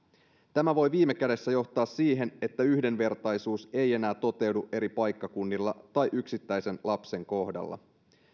tämä voi viime kädessä johtaa siihen että yhdenvertaisuus ei enää toteudu eri paikkakunnilla tai yksittäisen lapsen kohdalla